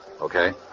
Okay